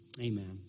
Amen